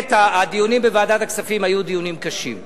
הדיונים בוועדת הכספים היו דיונים קשים,